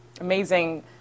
amazing